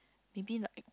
maybe like